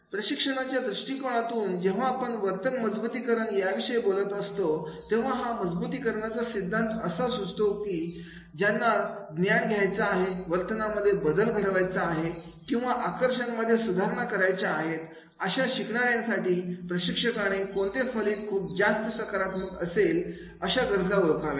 प्रशिक्षणाच्या दृष्टिकोणातून जेव्हा आपण वर्तन मजबुतीकरण याविषयी बोलत असतो तेव्हा हा मजबुतीकरणाचे चा सिद्धांत असा सुचवतो कि ज्यांना ज्ञान घ्यायचं वर्तनामध्ये बदल घडवायचा आहे किंवा आकर्षण मध्ये सुधारणा करायच्यात अशा शिकणाऱ्यांसाठी प्रशिक्षकाने कोणते फलित खूप जास्त सकारात्मक असेल अशा गरजा ओळखाव्यात